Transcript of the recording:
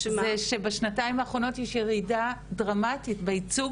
שבשנתיים האחרונות יש ירידה דרמטית בייצוג